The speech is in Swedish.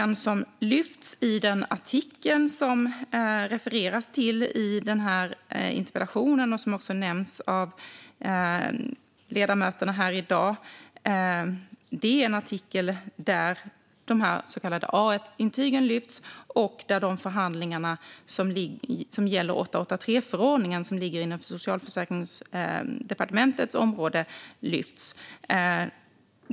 I den artikel som det refereras till i interpellationen och som även nämns av ledamöterna här i dag lyfts de så kallade A1-intygen, liksom de förhandlingar som gäller 883-förordningen - som ligger inom Socialdepartementets område.